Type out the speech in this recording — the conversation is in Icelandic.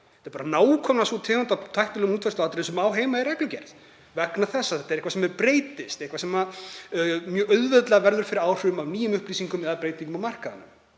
Þetta er nákvæmlega sú tegund af tæknilegum útfærsluatriðum sem eiga heima í reglugerð vegna þess að þetta er eitthvað sem breytist, er eitthvað sem verður mjög auðveldlega fyrir áhrifum af nýjum upplýsingum eða breytingum á markaðnum.